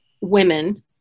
women